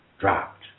dropped